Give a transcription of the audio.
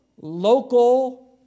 local